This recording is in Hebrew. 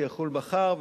שתחול מחר,